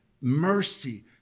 mercy